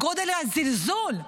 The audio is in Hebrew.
גודל הזלזול.